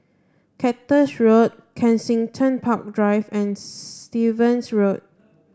Cactus Road Kensington Park Drive and Stevens Road